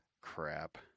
crap